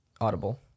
audible